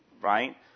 Right